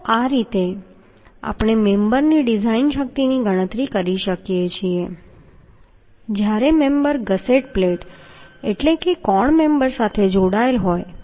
તો આ રીતે આપણે મેમ્બરની ડિઝાઇન શક્તિની ગણતરી કરી શકીએ છીએ જ્યારે મેમ્બર ગસેટ પ્લેટ એટલે કે કોણ મેમ્બર સાથે જોડાયેલ હોય